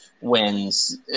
wins